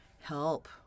help